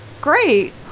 Great